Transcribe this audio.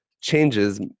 changes